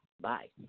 Bye